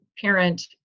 parent